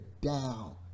down